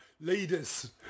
Leaders